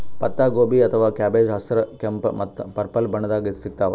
ಪತ್ತಾಗೋಬಿ ಅಥವಾ ಕ್ಯಾಬೆಜ್ ಹಸ್ರ್, ಕೆಂಪ್ ಮತ್ತ್ ಪರ್ಪಲ್ ಬಣ್ಣದಾಗ್ ಸಿಗ್ತಾವ್